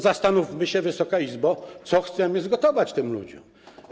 Zastanówmy się, Wysoka Izbo, co chcemy zgotować tym ludziom?